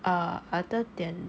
err other than